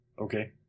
Okay